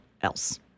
else